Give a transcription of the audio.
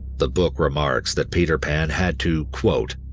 the book remarks that peter pan had to, quote,